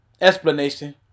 explanation